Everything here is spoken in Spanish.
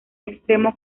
extremo